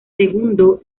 segundo